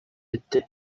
etti